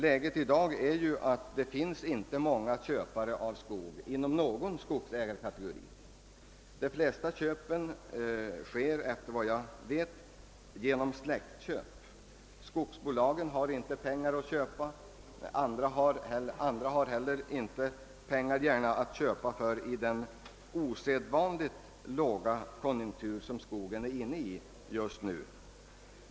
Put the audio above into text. Läget är ju att det i dag inte inom någon skogsägarkategori finns många som vill köpa skog. De flesta köpen sker, efter vad jag vet, genom släktköp. Skogsbolagen har inte tillräckligt med pengar för att köpa skogar, andra använder inte heller gärna sina pengar till skogsköp i den osedvanligt låga konjunktur som skogsnäringen just nu befinner sig i.